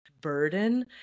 burden